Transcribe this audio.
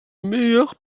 meilleur